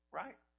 right